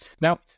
Now